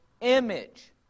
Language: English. image